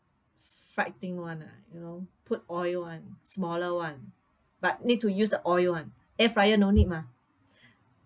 fried thing [one] ah you know put oil [one] smaller [one] but need to use the oil [one] air fryer no need mah